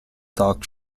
talk